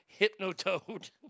Hypnotoad